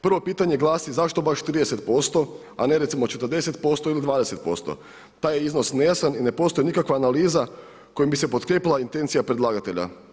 Prvo pitanje glasi zašto baš 30%, a ne recimo 40% ili 20%? taj iznos je nejasan i ne postoji nikakva analiza kojim bi se potkrijepila intencija predlagatelja.